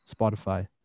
spotify